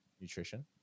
nutrition